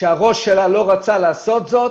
שהראש שלה לא רצה לעשות זאת,